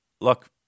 look